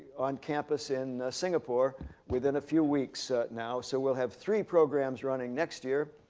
on campus in singapore within a few weeks now, so we'll have three programs running next year.